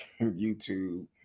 YouTube